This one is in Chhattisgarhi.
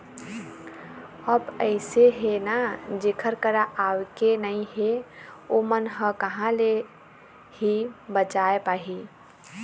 अब अइसे हे ना जेखर करा आवके नइ हे ओमन ह कहाँ ले ही बचाय पाही